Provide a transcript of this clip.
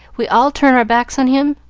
we all turn our backs on him,